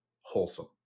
wholesome